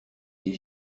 des